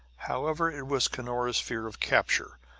however, it was cunora's fear of capture,